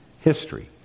history